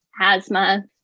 asthma